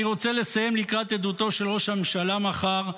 אני רוצה לסיים, לקראת עדותו של ראש הממשלה מחר,